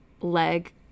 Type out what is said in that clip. leg